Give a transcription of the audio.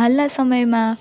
હાલના સમયમાં